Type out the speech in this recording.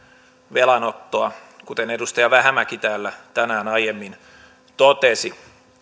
velanottoa kuten edustaja vähämäki täällä tänään aiemmin totesi